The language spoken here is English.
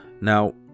Now